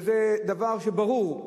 וזה דבר ברור,